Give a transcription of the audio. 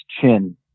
chin